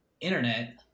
internet